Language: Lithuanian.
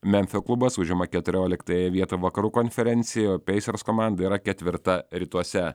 memfio klubas užima keturioliktąją vietą vakarų konferencijoj o peisers komanda yra ketvirta rytuose